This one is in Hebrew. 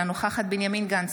אינה נוכחת בנימין גנץ,